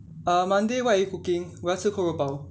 um monday what are you cooking 我要吃扣肉包